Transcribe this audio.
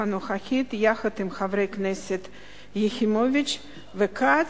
הנוכחית יחד עם חברי הכנסת יחימוביץ וכץ,